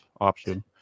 option